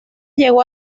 llegó